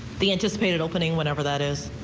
the anticipated opening whatever that is.